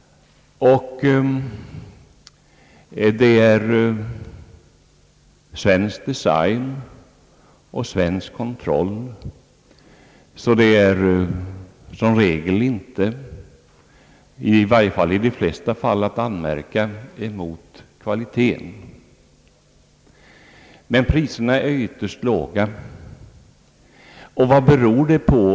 Det är svensk design och svensk kontroll, så det finns som regel ingenting att anmärka mot kvaliteten. Priserna är ytterst låga, och vad beror det på?